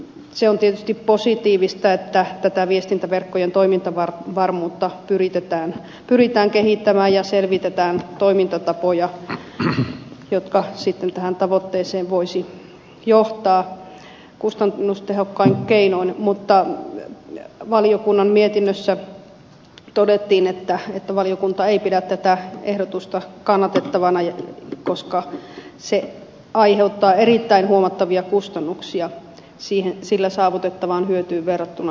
se on tietysti positiivista että tätä viestintäverkkojen toimintavarmuutta pyritään kehittämään ja selvitetään toimintatapoja jotka sitten tähän tavoitteeseen voisivat johtaa kustannustehokkain keinoin mutta valiokunnan mietinnössä todettiin että valiokunta ei pidä tätä ehdotusta kannatettavana koska se aiheuttaa erittäin huomattavia kustannuksia sillä saavutettavaan hyötyyn verrattuna